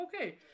okay